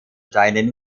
steinen